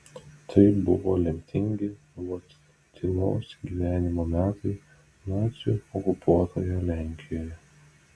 tai buvo lemtingi vojtylos gyvenimo metai nacių okupuotoje lenkijoje